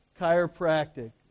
chiropractic